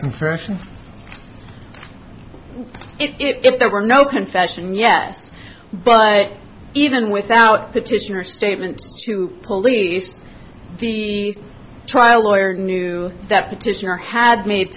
confession if there were no confession yes but even without petitioner statements to police the trial lawyer knew that petitioner had made